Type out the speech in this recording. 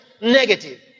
Negative